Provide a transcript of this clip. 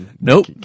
nope